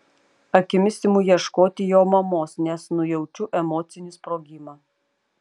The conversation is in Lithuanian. akimis imu ieškoti jo mamos nes nujaučiu emocinį sprogimą